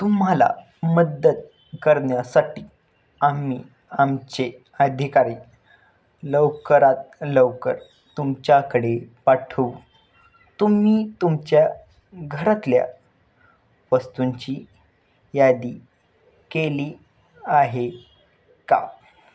तुम्हाला मदत करण्यासाठी आम्ही आमचे अधिकारी लवकरात लवकर तुमच्याकडे पाठवू तुम्ही तुमच्या घरातल्या वस्तूंची यादी केली आहे का